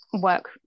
work